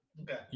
Okay